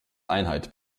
einheit